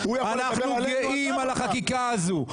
אנחנו גאים על החקיקה הזאת.